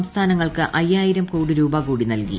സംസ്ഥാനങ്ങൾക്ക് അയ്യായിരും ്ക്കോടി രൂപ കൂടി നൽകി